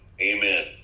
Amen